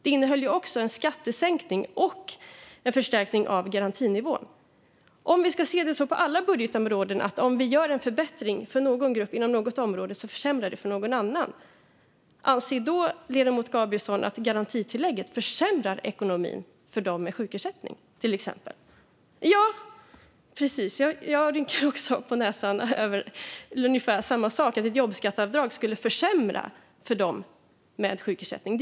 Den innehöll också en skattesänkning och en förstärkning av garantinivån. Om vi på alla budgetområden ska se det som att om vi gör en förbättring för någon grupp inom något område försämrar det samtidigt för någon annan - anser då ledamoten Gabrielsson att garantitillägget försämrar ekonomin för till exempel dem med sjukersättning? Jag ser att ledamoten rynkar på näsan åt det, och jag gör också det åt ungefär samma sak: att ett jobbskatteavdrag skulle försämra för dem med sjukersättning.